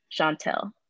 Chantel